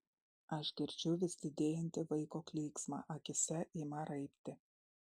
aš girdžiu vis didėjantį vaiko klyksmą akyse ima raibti